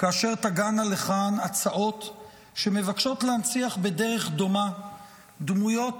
כאשר תגענה לכאן הצעות שמבקשות להנציח בדרך דומה דמויות